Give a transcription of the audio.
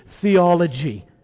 theology